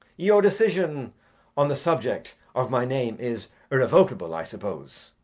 your decision on the subject of my name is irrevocable, i suppose?